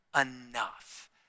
enough